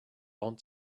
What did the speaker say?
aunt